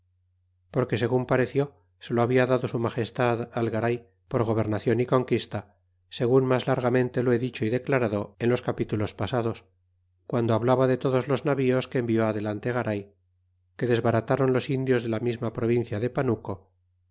porque segun pareció se la había dado su magestad al garay porgobernacion y conquista segun mas largamente lo he dicho y declarado en los capítulos pasados guando hablaba de todos los navíos que envió adelante garay que desbaratáron los indios de la misma provincia de panuco